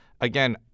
Again